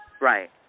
Right